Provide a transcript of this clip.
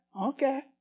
okay